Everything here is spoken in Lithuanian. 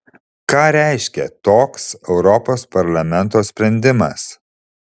ką reiškia toks europos parlamento sprendimas